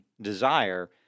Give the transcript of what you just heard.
desire